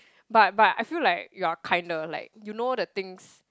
but but I feel like you are kind a like you know the things